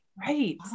right